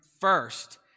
first